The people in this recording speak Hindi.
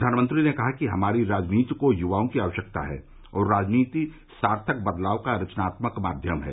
प्रधानमंत्री ने कहा कि हमारी राजनीति को युवाओं की आवश्यकता है और राजनीति सार्थक बदलाव का रचनात्मक माध्यम है